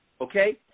okay